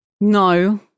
no